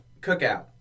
Cookout